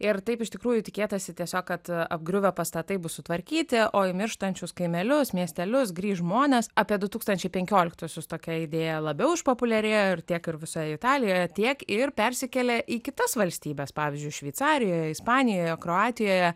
ir taip iš tikrųjų tikėtasi tiesiog kad apgriuvę pastatai bus sutvarkyti o į mirštančius kaimelius miestelius grįš žmonės apie du tūkstančiai penkioliktuosius tokia idėja labiau išpopuliarėjo ir tiek ir visoje italijoje tiek ir persikėlė į kitas valstybes pavyzdžiui šveicarijoje ispanijoje kroatijoje